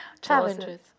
challenges